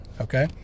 Okay